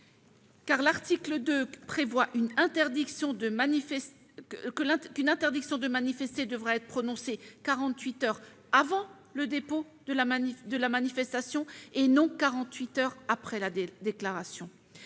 car l'article 2 du texte prévoit qu'une interdiction de manifester devra être prononcée 48 heures avant le début de la manifestation, et non 48 heures après la déclaration.